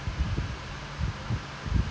like we need to find people only to play with other